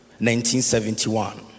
1971